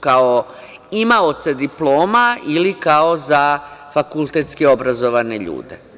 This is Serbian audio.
Kao imaoce diploma ili kao za fakultetski obrazovane ljude?